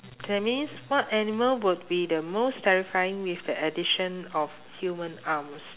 that means what animal would be the most terrifying with the addition of human arms